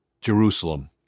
Jerusalem